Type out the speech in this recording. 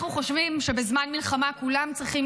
אנחנו חושבים שבזמן מלחמה כולם צריכים